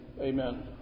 amen